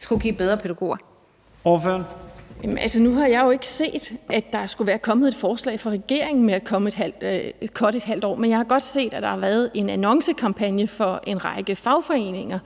Kl. 23:04 Heidi Bank (V): Altså, nu har jeg jo ikke set, at der skulle være kommet et forslag fra regeringen om at cutte ½ år, men jeg har godt set, at der har været en annoncekampagne for en række fagforeninger,